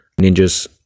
ninjas